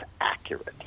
accurate